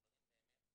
את הדברים.